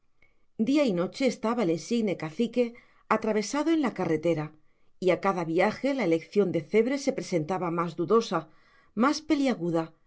día y noche estaba el insigne cacique atravesado en la carretera y a cada viaje la elección de cebre se presentaba más dudosa más peliaguda